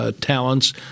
talents